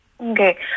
okay